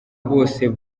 bose